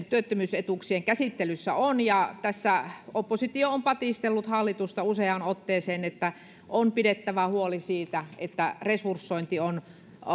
työttömyysetuuksien käsittelyssä on ja oppositio on patistellut hallitusta useaan otteeseen että on pidettävä huoli siitä että resursointi on